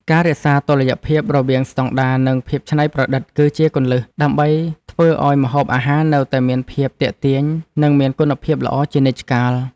ការរក្សាតុល្យភាពរវាងស្តង់ដារនិងភាពច្នៃប្រឌិតគឺជាគន្លឹះដើម្បីធ្វើឲ្យម្ហូបអាហារនៅតែមានភាពទាក់ទាញនិងមានគុណភាពល្អជានិច្ចកាល។